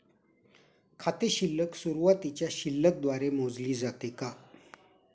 खाते शिल्लक सुरुवातीच्या शिल्लक द्वारे मोजले जाते का?